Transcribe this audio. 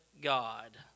God